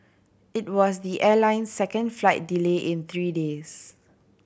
it was the airline's second flight delay in three days